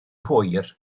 hwyr